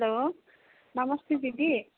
hello नमस्ते दिदी